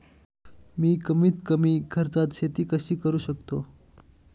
मी कमीत कमी खर्चात शेती कशी करू शकतो?